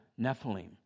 Nephilim